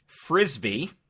Frisbee